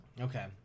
okay